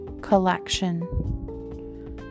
collection